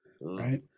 right